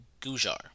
Gujar